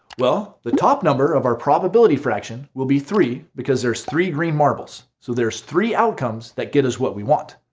well, the top number of our probability fraction will be three because there's three green marbles so there's three outcomes that get us what we want.